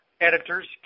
editors